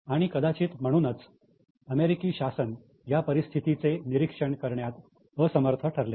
आणि कदाचित म्हणूनच अमेरिकी शासन या परिस्थितीचे निरीक्षण करण्यात असमर्थ ठरले